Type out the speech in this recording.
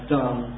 done